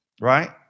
Right